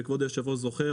וכבוד היושב-ראש זוכר,